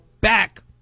back